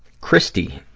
kristy